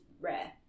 rare